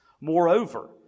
Moreover